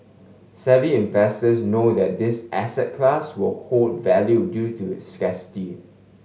savvy investors know that this asset class will hold value due to its scarcity